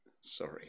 sorry